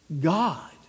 God